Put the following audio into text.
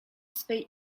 swej